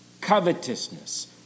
covetousness